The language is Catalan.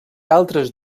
altres